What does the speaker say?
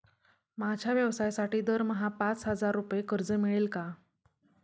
माझ्या व्यवसायासाठी दरमहा पाच हजार रुपये कर्ज मिळेल का?